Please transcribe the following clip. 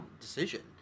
decision